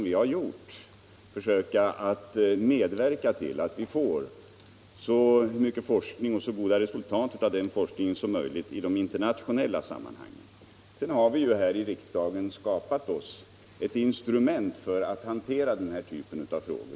Vidare har vi genom beslut hir i riksdagen skapat ett instrument för att hantera denna typ av frågor.